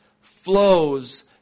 flows